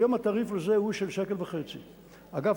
היום התעריף הוא של 1.50. אגב,